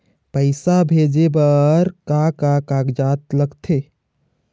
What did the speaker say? पैसा भेजे बार का का कागजात लगथे?